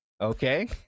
Okay